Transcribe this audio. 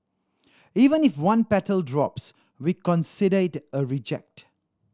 even if one petal drops we consider it a reject